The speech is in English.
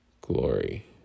glory